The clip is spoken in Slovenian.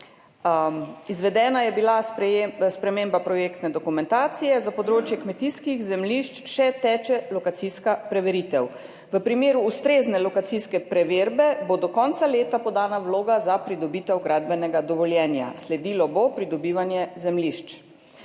Izvedena je bila sprememba projektne dokumentacije, za področje kmetijskih zemljišč še teče lokacijska preveritev. V primeru ustrezne lokacijske preverbe bo do konca leta podana vloga za pridobitev gradbenega dovoljenja, sledilo bo pridobivanje zemljišč.